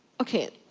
ok,